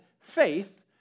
faith